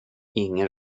ingen